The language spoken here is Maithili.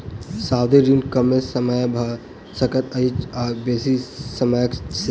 सावधि ऋण कमो समयक भ सकैत अछि आ बेसी समयक सेहो